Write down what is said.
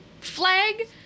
flag